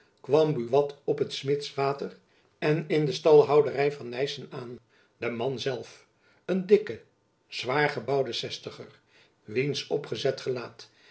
kwam buat op het smids water en in de stalhoudery van nyssen aan de man zelf een dikke zwaargebouwde zestiger wiens opgezet gelaat